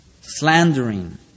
slandering